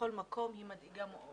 בכל מקום, היא מדאיגה מאוד